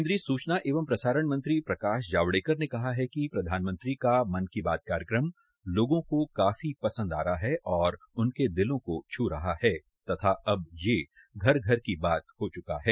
केन्द्रीय सुचना एवं प्रसारण मंत्री प्रकाश जावडेकर ने कहा है कि प्रधानमंत्री का मन की बात कार्यक्रम लोगों को काफी पसंद आ रहा है और उनके दिलों को छ रहा है तथा अब ये घर घर की बात हो चुका है